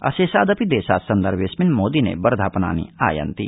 अशेषादिपि देशात् सन्दर्भे आस्मिन् मोदिने वर्धापनानि आयान्ति